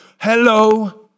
Hello